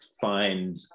find